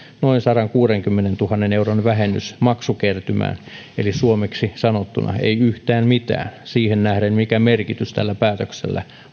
noin sadankuudenkymmenentuhannen euron vähennys maksukertymään eli suomeksi sanottuna ei yhtään mitään siihen nähden mikä merkitys tällä päätöksellä